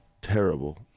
terrible